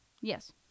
Yes